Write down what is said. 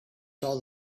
saw